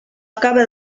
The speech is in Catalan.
acaba